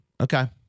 Okay